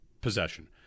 possession